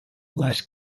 less